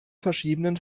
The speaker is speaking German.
verschiedenen